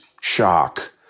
shock